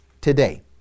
today